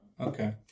Okay